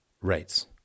rates